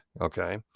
okay